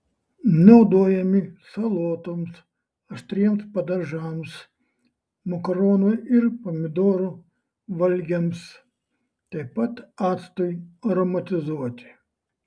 naudojami salotoms aštriems padažams makaronų ir pomidorų valgiams taip pat actui aromatizuoti